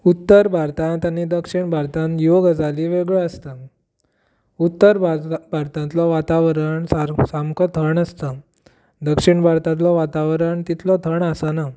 उत्तर भारतांत आनी दक्षीण भारतांत ह्यो गजाली वेगळ्यो आसतात उत्तर भा भारतांतलो वातावरण सार सामको थंड आसता दक्षीण भारतांतलो वातावरण तितलो थंड आसना